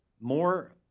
more